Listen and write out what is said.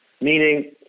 meaning